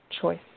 choice